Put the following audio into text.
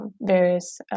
various